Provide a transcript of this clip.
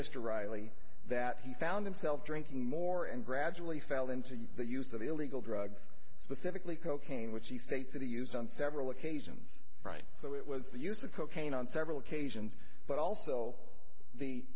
mr riley that he found himself drinking more and gradually fell into the use of the illegal drugs specifically cocaine which he states that he used on several occasions right so it was the use of cocaine on several occasions but also the